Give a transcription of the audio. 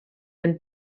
and